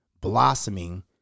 blossoming